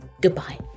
goodbye